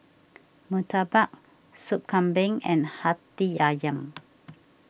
Murtabak Sup Kambing and Hati Ayam